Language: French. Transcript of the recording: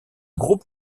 groupe